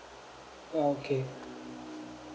orh okay